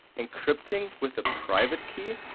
encrypting with the private key?